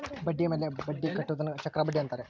ಬಡ್ಡಿಯ ಮೇಲೆ ಬಡ್ಡಿ ಕಟ್ಟುವುದನ್ನ ಚಕ್ರಬಡ್ಡಿ ಅಂತಾರೆ